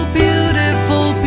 beautiful